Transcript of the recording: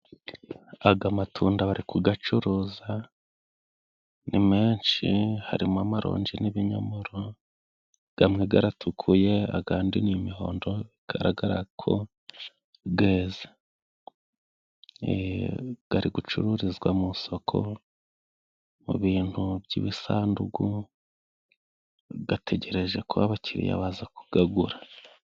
Aga matunda bari kugacuruza, ni menshi harimo amaronji n'ibinyomoro, gamwe garatukuye agandi n'imihondo bigaragara ko geze. Gari gucururizwa mu isoko mu bintu by'ibisanduku gategereje ko abakiriya baza kugagura.